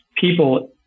people